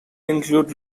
include